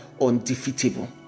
undefeatable